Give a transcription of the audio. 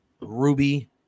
Ruby